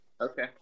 Okay